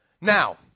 Now